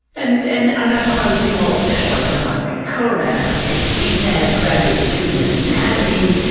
and and and i thought i was being all official. i put on my white coat, i had my id tag, graduate student in anatomy.